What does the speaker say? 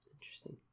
Interesting